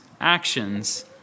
actions